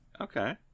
okay